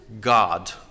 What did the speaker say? God